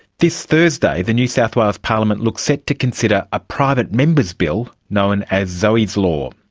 this thursday the new south wales parliament looks set to consider a private members bill known as zoe's law.